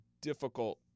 difficult